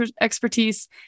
expertise